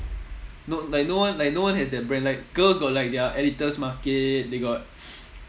no like no one like no one has their brand like girls like got their editors market they got